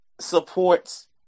supports